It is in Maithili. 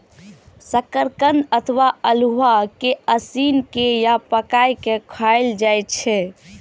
शकरकंद अथवा अल्हुआ कें उसिन के या पकाय के खायल जाए छै